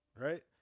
Right